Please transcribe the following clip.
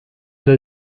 del